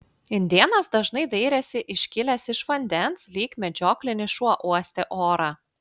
indėnas dažnai dairėsi iškilęs iš vandens lyg medžioklinis šuo uostė orą